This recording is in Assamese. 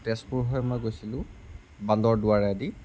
তেজপুৰ হৈ মই গৈছিলোঁ বান্দৰদোৱাৰেদি